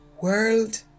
world